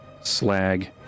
slag